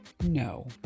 No